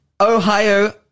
Ohio